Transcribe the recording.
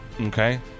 Okay